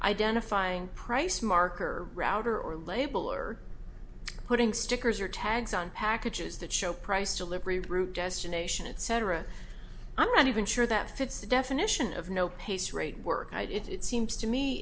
identifying price marker router or label or putting stickers or tags on packages that show price delivery route destination it cetera i'm not even sure that fits the definition of no pace rate work i did it it seems to me